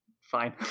Fine